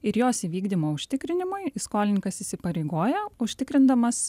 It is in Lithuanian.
ir jos įvykdymo užtikrinimui skolininkas įsipareigoja užtikrindamas